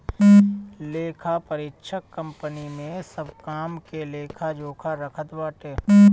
लेखापरीक्षक कंपनी के सब काम के लेखा जोखा रखत बाटे